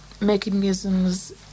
mechanisms